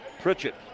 Pritchett